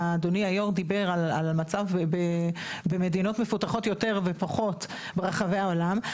אדוני היו"ר דיבר על מצב במדינות מפותחות יותר ופחות ברחבי העולם.